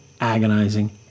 agonizing